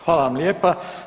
Hvala vam lijepa.